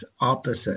opposite